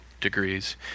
degrees